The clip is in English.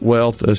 Wealth